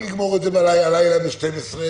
אם נגמור את זה הלילה ב-24:00,